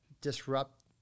disrupt